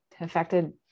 affected